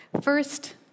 First